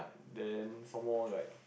then some more like